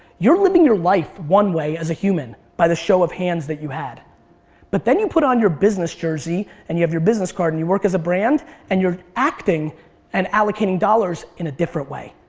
your living your life one way as a human by the show of hands that you had but then you put on your business jersey and you have your business card and you work as a brand and your acting and allocating dollars in a different way.